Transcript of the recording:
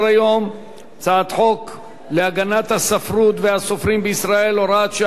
הצעת חוק להגנת הספרות והסופרים בישראל (הוראת שעה),